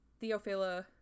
Theophila